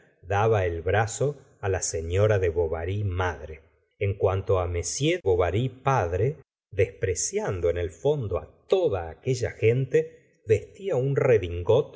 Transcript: daba el brazo la señora de bovary madre en cuanto m de bovary padre despreciando en el fondo toda aquella gente vestía un redingot